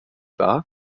wahr